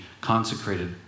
consecrated